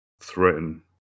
threaten